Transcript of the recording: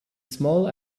small